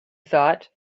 thought